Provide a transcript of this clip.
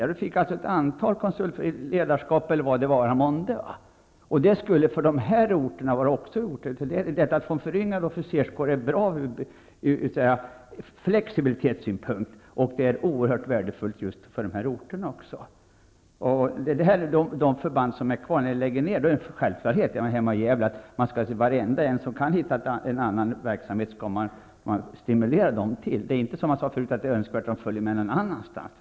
Man skulle kunna få ett antal konsulter i ledarskap eller vad det vara månde. Detta skulle också vara oerhört värdefullt för dessa orter. Det är bra att få en föryngrad officerskår ur flexibilitetssynpunkt. Det är dessutom oerhört värdefullt för de här orterna. Detta gäller de förband som blir kvar. När man lägger ner förband är det en självklarhet att man skall stimulera varenda en som kan hitta en annan verksamhet. Så är det hemma i Gävle. Det är inte önskvärt att de följer med någon annanstans.